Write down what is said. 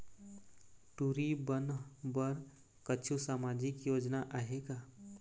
टूरी बन बर कछु सामाजिक योजना आहे का?